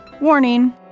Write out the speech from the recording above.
Warning